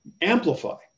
amplify